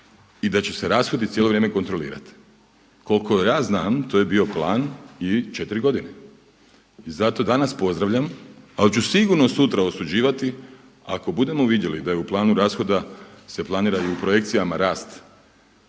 i da će se rashodi cijelo vrijeme kontrolirati. Koliko ja znam to je bio plan i četiri godine. I zato danas pozdravljam, ali ću sigurno sutra osuđivati ako budemo vidjeli da je u planu rashoda se planira i u projekcijama rast